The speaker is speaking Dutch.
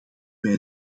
wij